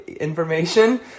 information